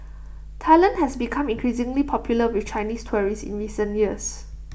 Thailand has become increasingly popular with Chinese tourists in recent years